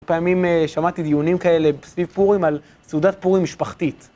לפעמים שמעתי דיונים כאלה סביב פורים על סעודת פורים משפחתית.